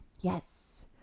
yes